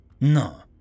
No